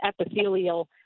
epithelial